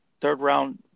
third-round